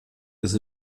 ist